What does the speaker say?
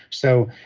so,